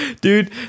Dude